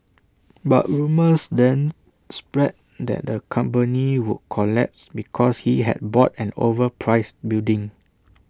but rumours then spread that the company would collapse because he had bought an overpriced building